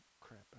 crap